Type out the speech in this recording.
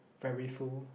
very full